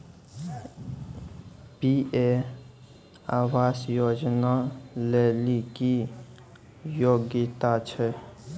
PM आवास योजना लेली की योग्यता छै?